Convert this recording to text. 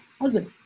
Husband